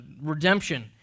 Redemption